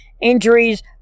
Injuries